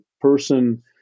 person